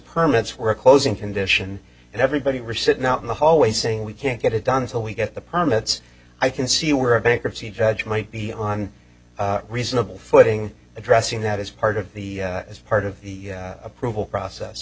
permits were closing condition and everybody were sitting out in the hallway saying we can't get it done until we get the permits i can see where a bankruptcy judge might be on reasonable footing addressing that as part of the as part of the approval process